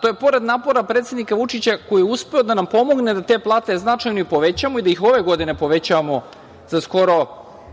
To je pored napora predsednika Vučića, koji je uspeo da nam pomogne da te plate značajno i povećamo i da ih ove godine povećavamo za skoro